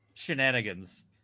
shenanigans